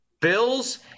bills